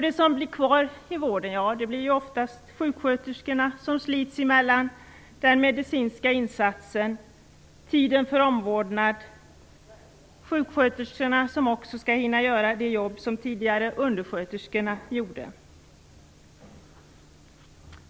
De som blir kvar i vården är oftast sjuksköterskor, som slits mellan den medicinska insatsen och tiden för omvårdnad och som också skall göra det jobb som tidigare undersköterskorna gjorde.